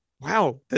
wow